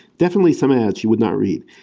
definitely some ads she would not read.